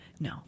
No